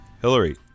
Hillary